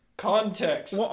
Context